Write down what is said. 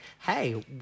hey